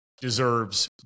deserves